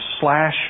slash